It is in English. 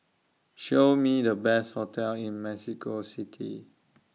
Show Me The Best hotels in Mexico City